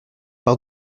par